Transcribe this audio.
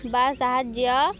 ବା ସାହାଯ୍ୟ